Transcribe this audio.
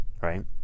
right